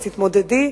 תתמודדי,